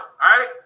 right